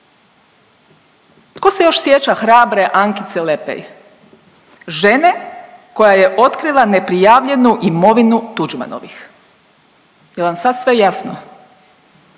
Tko se još sjeća hrabre Ankice Lepej žene koja je otkrila neprijavljenu imovinu Tuđmanovih? Jel' vam sad sve jasno?